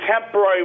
temporary